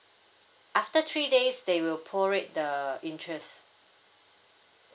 after three days they will prorate the interest